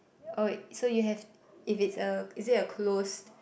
oh wait so you have if it's a is it a closed